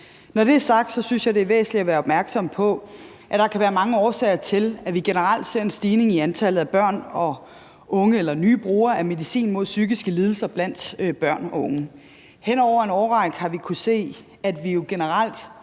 Når det er sagt, synes jeg, det er væsentligt at være opmærksom på, at der kan være mange årsager til, at vi generelt ser en stigning i antallet af nye brugere af medicin mod psykiske lidelser blandt børn og unge. Hen over en årrække har vi kunnet se, at vi jo generelt